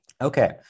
Okay